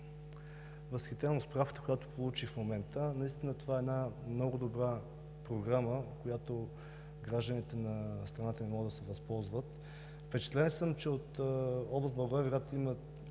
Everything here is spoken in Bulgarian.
възхитен от справката, която получих в момента. Това е една много добра Програма, от която гражданите на страната ни могат да се възползват. Впечатлен съм, че от област Благоевград има